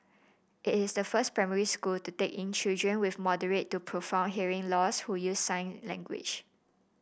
it is the first primary school to take in children with moderate to profound hearing loss who use sign language